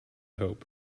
hope